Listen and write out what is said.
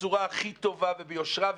בצורה הכי טובה וביושרה,